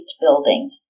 building